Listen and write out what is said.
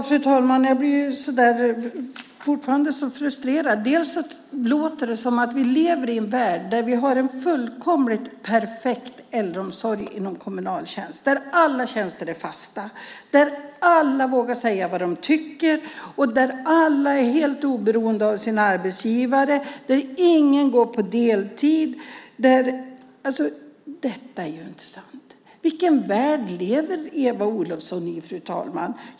Fru talman! Jag blir så frustrerad. Det låter som att vi lever i en värld där vi har en fullkomligt perfekt äldreomsorg inom kommunaltjänsten där alla tjänster är fasta, där alla vågar säga vad de tycker, där alla är helt oberoende av sina arbetsgivare och där ingen går på deltid. Detta är ju inte sant. Vilken värld lever Eva Olofsson i, fru talman?